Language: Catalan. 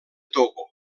togo